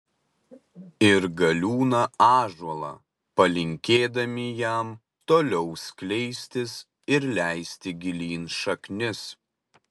ir galiūną ąžuolą palinkėdami jam toliau skleistis ir leisti gilyn šaknis